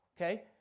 okay